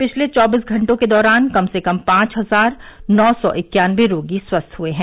पिछले चौबीस घंटे के दौरान कम से कम पांव हजार नौ सौ इक्याबने रोगी स्वस्थ हुए हैं